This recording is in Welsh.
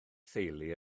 theulu